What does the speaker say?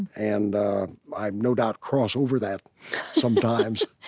and i no doubt cross over that sometimes